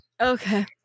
Okay